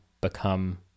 become